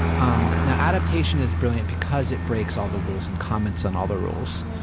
um now, adaptation is brilliant because it breaks all the rules and comments on all the rules.